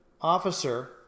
officer